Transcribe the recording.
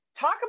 Talk